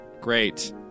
Great